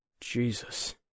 Jesus